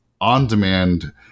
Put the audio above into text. on-demand